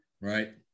Right